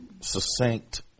succinct